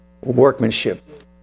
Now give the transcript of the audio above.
workmanship